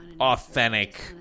authentic